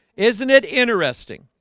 isn't it? interesting